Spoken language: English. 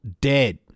dead